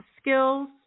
skills